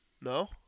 No